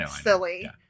silly